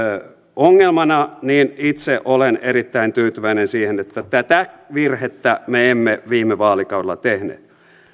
ongelmana niin itse olen erittäin tyytyväinen siihen että tätä virhettä me emme viime vaalikaudella tehneet